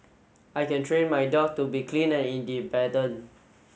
I can train my dog to be clean and independent